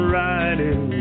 riding